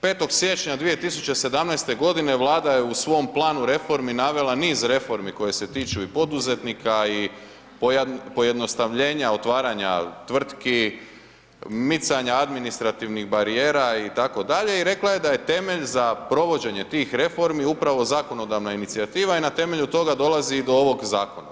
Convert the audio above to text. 5. siječnja 2017.g. Vlada je u svom planu reformi navela niz reformi koje se tiču i poduzetnika i pojednostavljenja otvaranja tvrtki, micanja administrativnih barijera, itd. i rekla je da je temelj za provođenje tih reformi upravo zakonodavna inicijativa i na temelju toga dolazi do ovog zakona.